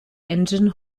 engine